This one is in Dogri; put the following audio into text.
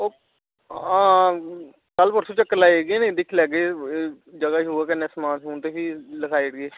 आं ओह् कल्ल परसों चक्कर लाई ओड़गे नी ते दिक्खी लैगे जगह ते कन्नै समान लखाई ओड़गे